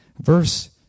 verse